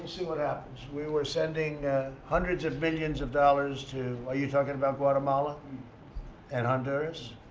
see what happens. we were sending hundreds of millions of dollars to are you talking about guatemala and honduras?